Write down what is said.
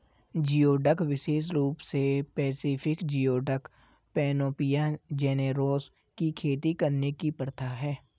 geoduck विशेष रूप से पैसिफिक जियोडक, पैनोपिया जेनेरोसा की खेती करने की प्रथा है